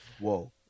whoa